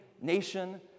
nation